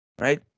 right